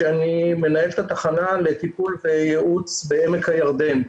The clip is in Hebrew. שאני מנהל את התחנה לטיפול וייעוץ בעמק הירדן.